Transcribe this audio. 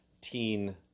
teen